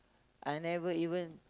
I never even